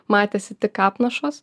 matėsi tik apnašos